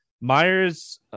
Myers